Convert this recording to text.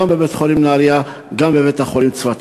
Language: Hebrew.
גם בבית-החולים נהרייה וגם בבית-החולים צפת.